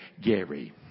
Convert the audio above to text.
Gary